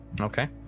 Okay